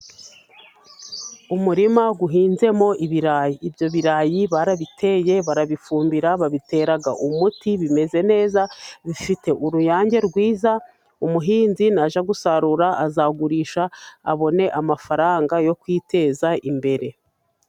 Umurima uhinzemo ibirayi. Ibyo birayi barabiteye barabifumbira, babitera umuti, bimeze neza bifite uruyange rwiza. Umuhinzi najya gusarura, azagurisha abone amafaranga yo kwiteza imbere.